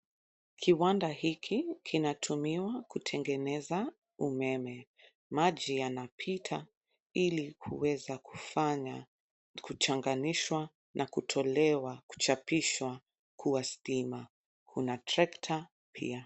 Kiwanda hiki kinatumiwa kutengeneza umeme. Maji yanapita ilikuweza kufanya, kuchanganyishwa na kutolewa, kuchapishwa kuwa stima. Kuna trekta pia.